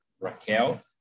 Raquel